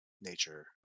nature